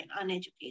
uneducated